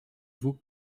vous